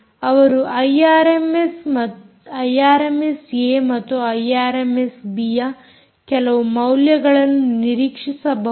ಅವರು ಐಆರ್ಎಮ್ಎಸ್ಏ ಮತ್ತು ಐಆರ್ಎಮ್ಎಸ್ಬಿಯ ಕೆಲವು ಮೌಲ್ಯವನ್ನು ನಿರೀಕ್ಷಿಸಬಹುದು